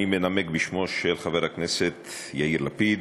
של חבר הכנסת יאיר לפיד,